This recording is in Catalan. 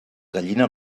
gallina